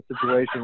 situation